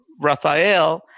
Raphael